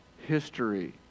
history